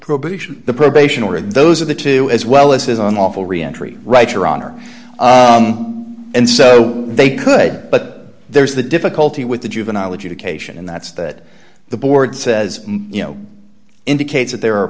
probation the probation order those are the two as well as is unlawful reentry right your honor and so they could but there's the difficulty with the juvenile adjudication and that's that the board says you know indicates that there are